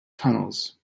tunnels